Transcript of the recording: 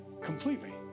completely